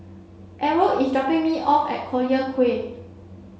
Errol is dropping me off at Collyer Quay